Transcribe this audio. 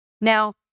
Now